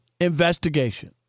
investigation